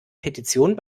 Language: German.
petition